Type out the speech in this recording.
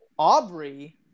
Aubrey